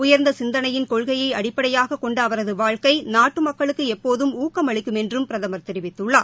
உயர்ந்த சிந்தளையின் கொள்கையை அடிப்படையாகக் கொண்ட அவரது வாழ்க்கை நாட்டு மக்களுக்கு எப்போதும் ஊக்கம் அளிக்கும் என்றும் பிரதமர் தெரிவித்துள்ளார்